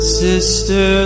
sister